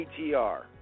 ATR